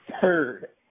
third